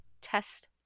test